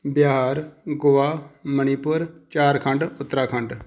Bihar Goa Manipur Jharkhand Uttarakhand